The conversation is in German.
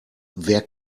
wer